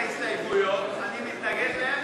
תגיד: